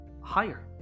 higher